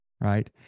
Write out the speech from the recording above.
right